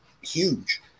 huge